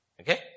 Okay